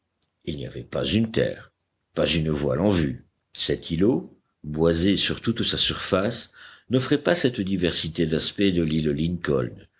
il n'y avait pas une terre pas une voile en vue cet îlot boisé sur toute sa surface n'offrait pas cette diversité d'aspect de l'île lincoln